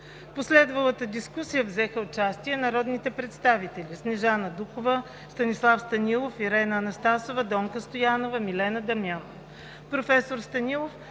последвалата дискусия взеха участие народните представители: Снежана Дукова, Станислав Станилов, Ирена Анастасова, Донка Стоянова, Милена Дамянова.